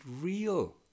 real